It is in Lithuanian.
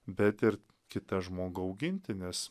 bet ir kitą žmogų auginti nes